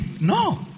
no